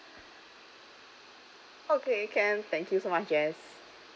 okay can thank you so much jess